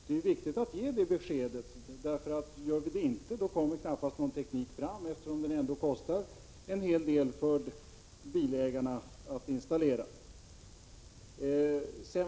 Det är viktigt att ge detta besked, för gör vi inte det så 55 kommer knappast någon teknik fram, eftersom det ändå kostar en hel del för bilägarna att installera den.